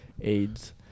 aids